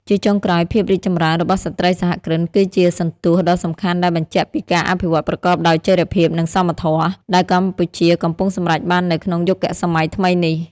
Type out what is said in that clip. ជាចុងក្រោយ ភាពរីកចម្រើនរបស់ស្ត្រីសហគ្រិន គឺជាសន្ទស្សន៍ដ៏សំខាន់ដែលបញ្ជាក់ពីការអភិវឌ្ឍប្រកបដោយចីរភាព និងសមធម៌ ដែលកម្ពុជាកំពុងសម្រេចបាននៅក្នុងយុគសម័យថ្មីនេះ។